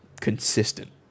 consistent